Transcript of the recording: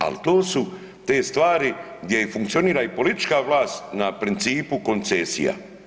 Ali to su te stvari gdje funkcionira i politička vlast na principu koncesija.